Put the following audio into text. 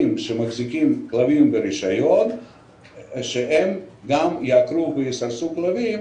שמחזיקים כלבים ברישיון לעקר ולסרס כלבים